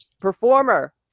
performer